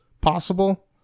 possible